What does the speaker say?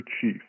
chief